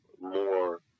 more